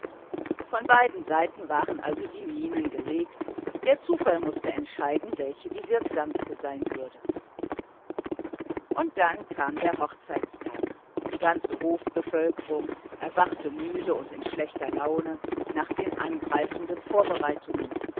von beiden seiten waren also die minen gelegt der zufall mußte entscheiden welche die wirksamste sein würde und dann kam der hochzeitstag die ganze hofbevölkerung erwachte müde und in schlechter laune nach den angreifenden vorbereitungen